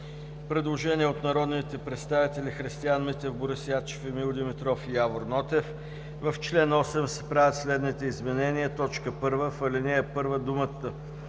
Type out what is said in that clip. Предложение от народните представители Христиан Митев, Борис Ячев, Емил Димитров и Явор Нотев: „В чл. 8 се правят следните изменения: 1. В ал. 1 думата